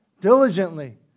diligently